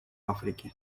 африке